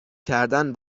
کردن